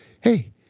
Hey